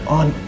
on